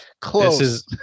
Close